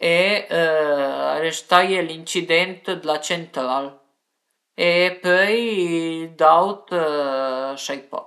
ma anche sëmené, cöi le verdüre, cöi la früta, pué le piante da früta e ënsuma pìeme cüra d'le aree verdi